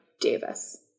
Davis